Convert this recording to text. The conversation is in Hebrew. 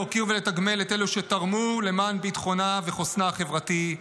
להוקיר ולתגמל את אלה שתרמו למען ביטחונה וחוסנה החברתי,